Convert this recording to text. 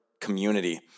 community